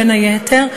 בין היתר,